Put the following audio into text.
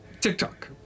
TikTok